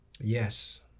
Yes